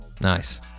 Nice